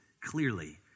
clearly